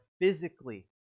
physically